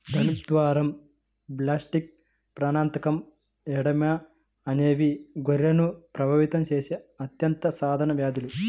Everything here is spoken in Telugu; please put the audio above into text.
ధనుర్వాతం, బ్లాక్లెగ్, ప్రాణాంతక ఎడెమా అనేవి గొర్రెలను ప్రభావితం చేసే అత్యంత సాధారణ వ్యాధులు